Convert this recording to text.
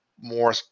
more